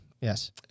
Yes